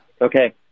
Okay